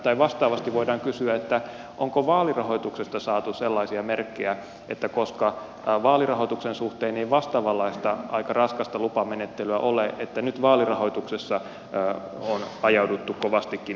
tai vastaavasti voidaan kysyä onko vaalirahoituksesta saatu sellaisia merkkejä että koska vaalirahoituksen suhteen ei vastaavanlaista aika raskasta lupamenettelyä ole nyt vaalirahoituksessa on ajauduttu kovastikin väärinkäytöksiin